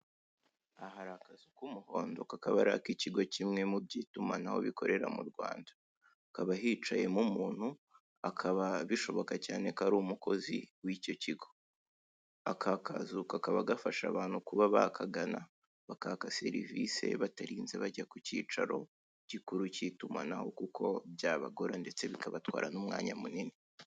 Aha hari akazu k'umuhondo kakaba ari ak'ikigo kimwe mu by'itumanaho bikorera mu Rwanda. Hakaba hicayemo umuntu, akaba bishoboka cyane ko ari umukozi w'icyo kigo. Aka kazu kakaba gafasha abantu kuba bakagana bakaka serivisi batarinze bajya ku cyicaro gikuru cy'itumanaho kuko byabagora ndetse bikabatwara n'umwanya munini.